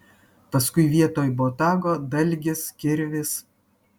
paskui vietoj botago dalgis kirvis